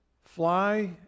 fly